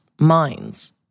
minds